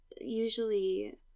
usually